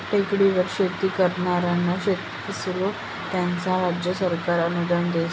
टेकडीवर शेती करनारा शेतकरीस्ले त्यास्नं राज्य सरकार अनुदान देस